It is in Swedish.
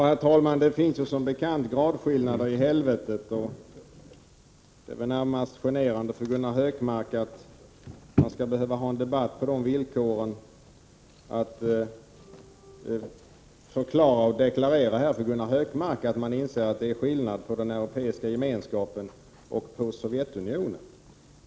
Herr talman! Det finns som bekant gradskillnader i helvetet. Det är väl närmast generande för Gunnar Hökmark att man skall behöva ha en debatt på de villkoren, dvs. att man skulle behöva förklara och deklarera för Gunnar Hökmark att man inser att det är skillnad mellan den europeiska gemenskapen och Sovjetunionen.